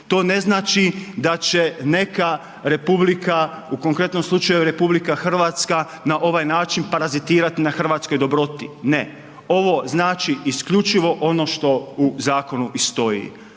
To ne znači, da će neka republika, u konkretnom slučaju RH, na ovaj način parazitirati na hrvatskoj dobroti. Ne, ovo znači isključivo ono što u zakonu i stoji,